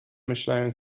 myślałem